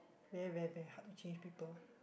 very very bad ah change people